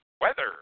Weather